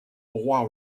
roy